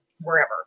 wherever